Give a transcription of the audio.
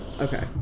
Okay